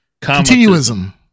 Continuism